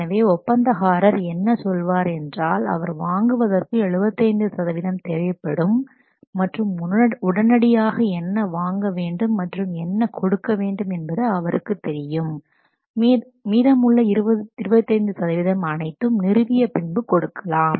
எனவே ஒப்பந்தக்காரர் என்ன சொல்வார் என்றால் அவர் வாங்குவதற்கு 75 தேவைப்படும் மற்றும் உடனடியாக என்ன வாங்க வேண்டும் மற்றும் என்ன கொடுக்க வேண்டும் என்பது அவருக்கு தெரியும் மற்றும் மீதமுள்ள 20சதவீதம் அனைத்தும் நிறுவிய பின்பு கொடுக்கலாம்